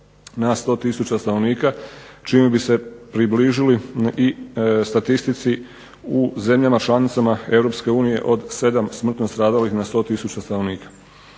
na 100 tisuća stanovnika čime bi se približili i statistici u zemljama članicama Europske unije od 7 smrtno stradalih na 100 tisuća stanovnika.